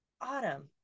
Autumn